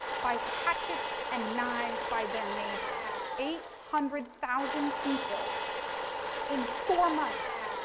by hatches and knives by their neighbors. eight hundred thousand people in four months.